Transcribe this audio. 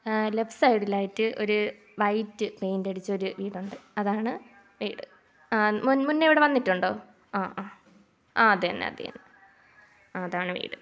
left സൈഡിലായിട്ട് ഒരു white പെയിൻ്റടിച്ച ഒരു വീടുണ്ട് അതാണ് വീട് മുന്നേ ഇവിടെ വന്നിട്ടുണ്ടോ അതന്നെ അതന്നെ അതാണ് വീട്